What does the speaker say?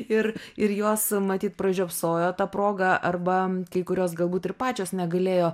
ir ir jos matyt pražiopsojo tą progą arba kai kurios galbūt ir pačios negalėjo